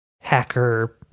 hacker